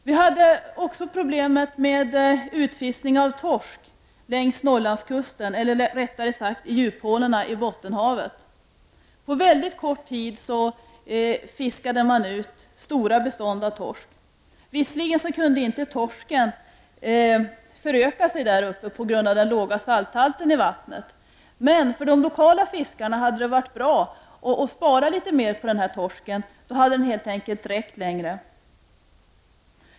Vi hade också problemet med utfiskning av torsk längs Norrlandskusten eller rättare sagt i djuphålorna i Bottenhavet. På väldigt kort tid fiskade man ut stora bestånd av torsk. Visserligen kunde inte torsken föröka sig där uppe på grund av den låga salthalten i vattnet, men för de lokala fiskarna hade det varit bra att spara litet mer på torsken. Då hade den helt enkelt räckt längre.